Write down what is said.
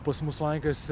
pas mus lankėsi